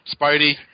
Spidey